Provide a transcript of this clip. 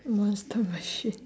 monster machine